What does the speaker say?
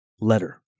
letter